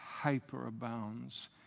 hyperabounds